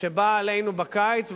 שבאה עלינו בקיץ,